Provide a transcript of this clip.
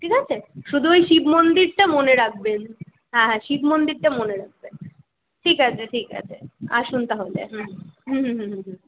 ঠিক আছে শুধু ওই শিব মন্দিরটা মনে রাখবেন হ্যাঁ হ্যাঁ শিব মন্দিরটা মনে রাখবেন ঠিক আছে ঠিক আছে আসুন তাহলে হুম হুম হুম হুম হুম হুম